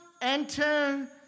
enter